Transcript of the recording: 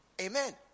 Amen